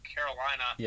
Carolina